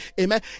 amen